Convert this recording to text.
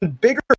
bigger